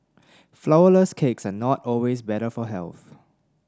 flourless cakes are not always better for health